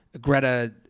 Greta